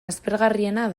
aspergarriena